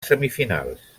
semifinals